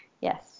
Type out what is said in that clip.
Yes